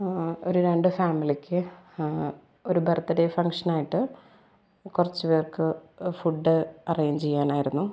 ആ ആ ഒരു രണ്ട് ഫാമിലിക്ക് ഒരു ബർത്ത്ഡേ ഫംഗ്ഷനായിട്ട് കുറച്ച് പേർക്ക് ഫുഡ്ഡ് അറേഞ്ചെ് ചെയ്യാനായിരുന്നു